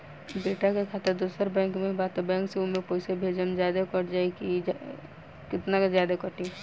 बेटा के खाता दोसर बैंक में बा त ए बैंक से ओमे पैसा भेजम त जादे कट जायी का त केतना जादे कटी?